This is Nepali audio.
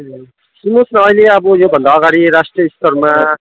ए सुन्नुहोस् अहिले अब योभन्दा अगाडि राष्ट्रिय स्तरमा